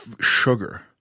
sugar –